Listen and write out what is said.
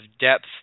depth